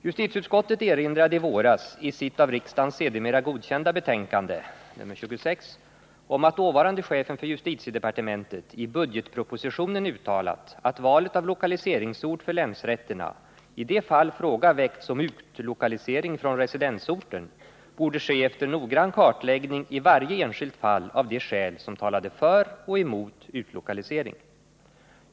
Justitieutskottet erinrade i våras i sitt av riksdagen sedermera godkända betänkande om att dåvarande chefen för justitiedepartementet i budgetpropositionen uttalat att valet av lokaliseringsort för länsrätterna, i de fall fråga väckts om utlokalisering från residensorten, borde ske efter noggrann kartläggning i varje enskilt fall av de skäl som talade för och emot utlokalisering.